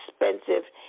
expensive